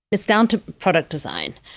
its down to product design.